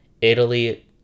Italy